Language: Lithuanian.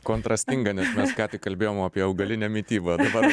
kontrastinga nes mes ką tik kalbėjom apie augalinę mitybą dabar